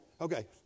Okay